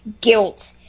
guilt